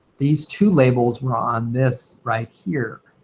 these two labels were on this right here.